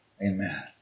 Amen